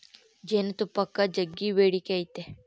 ಜೇನುತುಪ್ಪಕ್ಕ ಜಗ್ಗಿ ಬೇಡಿಕೆ ಐತೆ